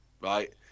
right